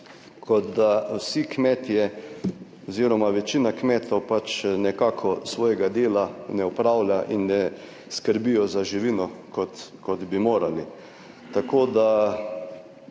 kot da vsi kmetje oziroma večina kmetov pač nekako svojega dela ne opravlja in ne skrbijo za živino kot bi morali.